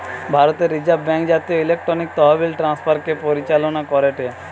ভারতের reserve bank জাতীয় electronic তহবিল ট্রান্সফার কে পরিচালনা করেটে